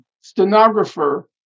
stenographer